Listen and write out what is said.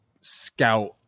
scout